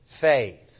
faith